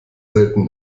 selten